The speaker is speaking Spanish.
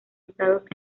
usados